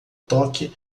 toque